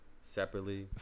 separately